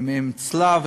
עם צלב.